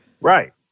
Right